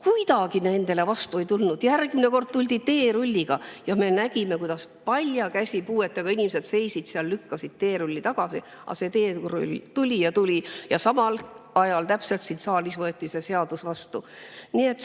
kuidagi nendele vastu ei tuldud. Järgmine kord tuldi [siia maja ette] teerulliga ja me nägime, kuidas paljakäsi puuetega inimesed seisid seal, lükkasid teerulli tagasi, aga see teerull tuli ja tuli. Ja täpselt samal ajal siin saalis võeti see seadus vastu. Nii et